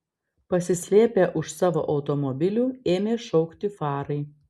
pasislėpę už savo automobilių ėmė šaukti farai